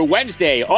Wednesday